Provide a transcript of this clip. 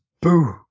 boo